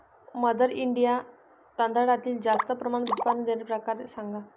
mother India तांदळातील जास्त प्रमाणात उत्पादन देणारे प्रकार सांगा